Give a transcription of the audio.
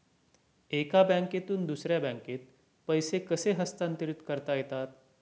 एका बँकेतून दुसऱ्या बँकेत पैसे कसे हस्तांतरित करता येतात?